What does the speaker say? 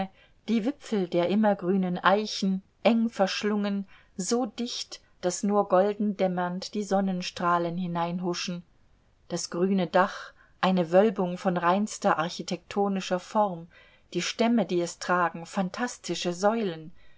die wipfel der immergrünen eichen engverschlungen so dicht daß nur golden dämmernd die sonnenstrahlen hineinhuschen das grüne dach eine wölbung von reinster architektonischer form die stämme die es tragen phantastische säulen